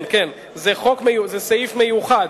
כן כן, זה סעיף מיוחד,